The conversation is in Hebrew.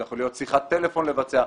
זה יכול להיות שיחת טלפון לבצע.